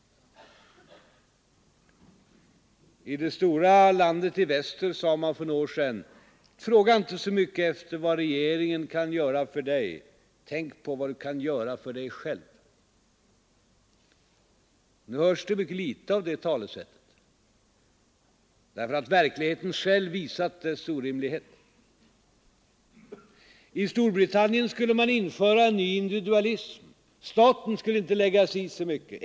I det stora landet i väster sade man för något år sedan: Fråga inte så mycket efter vad regeringen kan göra för dig. Tänk på vad du kan göra för dig själv! Nu hörs mycket litet av detta talesätt, därför att verkligheten själv visat dess orimlighet. I Storbritannien skulle man införa en ny individualism. Staten skulle inte lägga sig i så mycket.